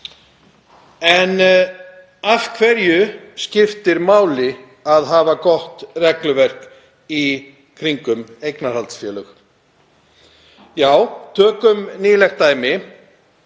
En af hverju skiptir máli að hafa gott regluverk í kringum eignarhaldsfélög? Já, tökum nýlegt dæmi.